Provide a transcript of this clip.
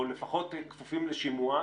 או לפחות כפופים לשימוע,